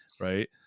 right